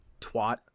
Twat